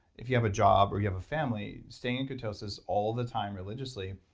if you have a job or you have a family, staying in ketosis all the time religiously,